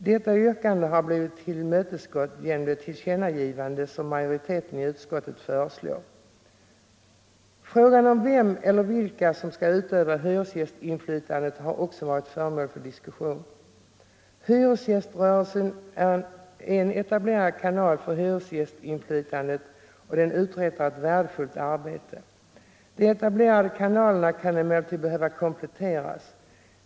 Detta yrkande har blivit tillmötesgått genom det tillkännagivande som majoriteten i utskottet föreslår. Frågan om vem eller vilka som skall utöva hyresgästinflytandet har också varit föremål för diskussion. Hyresgäströrelsen är en etablerad kanal för hyresgästinflytandet och uträttar ett värdefullt arbete. De etablerade kanalerna kan emellertid behöva kompletteras.